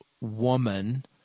woman